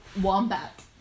Wombat